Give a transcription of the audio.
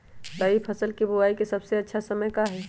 रबी फसल के बुआई के सबसे अच्छा समय का हई?